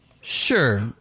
Sure